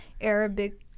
Arabic